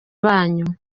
banyu